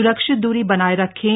सुरक्षित दूरी बनाए रखें